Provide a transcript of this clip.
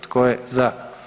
Tko je za?